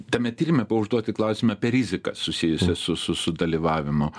tame tyrime buvo užduoti klausimai apie riziką susijusią su su su dalyvavimu